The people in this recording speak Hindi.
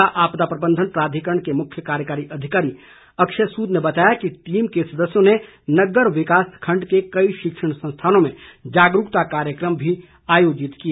जिला आपदा प्रबंधन प्राधिकरण के मुख्य कार्यकारी अधिकारी अक्षय सूद ने बताया कि टीम के सदस्यों ने नग्गर विकास खंड के कई शिक्षण संस्थानों में जागरूकता कार्यक्रम भी आयोजित किए